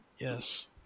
Yes